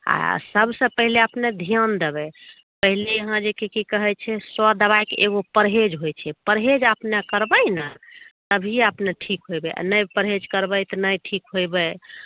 आ सबसँ पहिले अपने ध्यान देबै पहिले अहाँ जे की कहै छै सए दवाइके एगो परहेज होइ छै परहेज अपने करबै ने तभिए अपने ठीक होयबै आ नहि परहेज करबै तऽ नहि ठीक होएबै